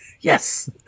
Yes